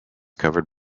covered